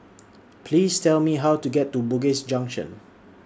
Please Tell Me How to get to Bugis Junction